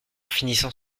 finissant